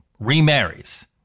remarries